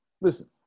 Listen